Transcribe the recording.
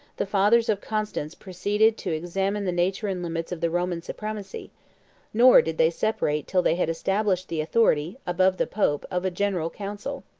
the fathers of constance proceeded to examine the nature and limits of the roman supremacy nor did they separate till they had established the authority, above the pope, of a general council.